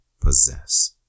possess